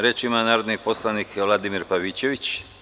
Reč ima narodni poslanik Vladimir Pavićević.